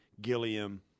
Gilliam